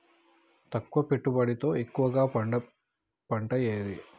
తక్కువ పెట్టుబడితో ఎక్కువగా పండే పంట ఏది?